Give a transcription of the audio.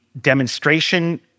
demonstration